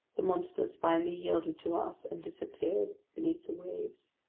the monsters finally yielded to us and disappeared beneath the waves.